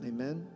Amen